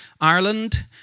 Ireland